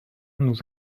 nous